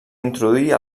introduir